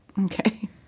Okay